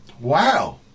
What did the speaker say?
Wow